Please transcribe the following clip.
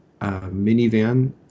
minivan